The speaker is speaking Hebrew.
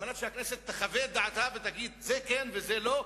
כדי שהכנסת תחווה את דעתה ותגיד: זה כן וזה לא,